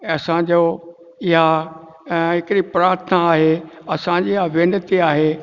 असांजो इहा हिकिड़ी प्रार्थना आहे असांजी विनती आहे